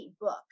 book